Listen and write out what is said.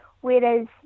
Whereas